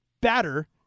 batter